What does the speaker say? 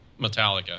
Metallica